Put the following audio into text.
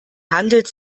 handelt